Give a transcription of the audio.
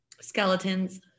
Skeletons